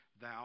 thou